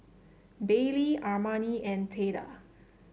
Baylie Armani and Theda